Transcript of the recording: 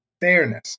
fairness